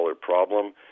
problem